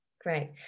Great